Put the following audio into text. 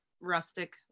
rustic